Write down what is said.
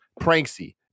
Pranksy